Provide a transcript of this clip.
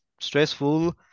stressful